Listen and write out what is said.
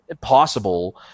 possible